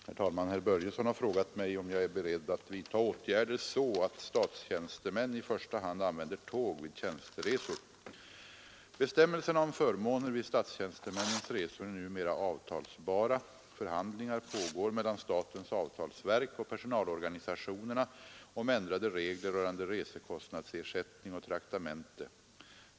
Herr talman! Herr Börjesson i Falköping har frågat mig om jag är beredd att vidta åtgärder så att statstjänstemän i första hand använder tåg vid tjänsteresor. Bestämmelserna om förmåner vid statstjänstemännens resor är numera avtalsbara. Förhandlingar pågår mellan statens avtalsverk och personalorganisationerna om ändrade regler rörande resekostnadsersättning och traktamente.